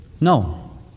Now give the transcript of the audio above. No